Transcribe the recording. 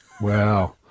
Wow